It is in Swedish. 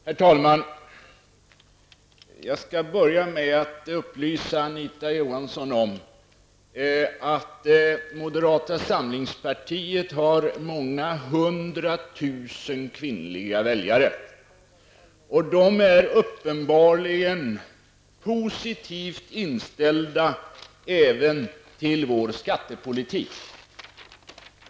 Herr talman! Jag skall börja med att upplysa Anita Johansson om att moderata samlingspartiet har många hundra tusen kvinnliga väljare. De är uppenbarligen positivt inställda även till vår skattepolitik.